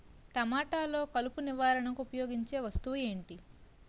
టమాటాలో కలుపు నివారణకు ఉపయోగించే వస్తువు ఏంటి?